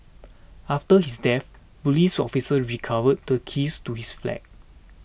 after his death police officers recovered the keys to his flat